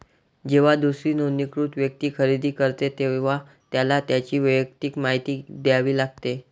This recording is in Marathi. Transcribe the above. जेव्हा दुसरी नोंदणीकृत व्यक्ती खरेदी करते, तेव्हा त्याला त्याची वैयक्तिक माहिती द्यावी लागते